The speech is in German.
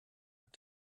hat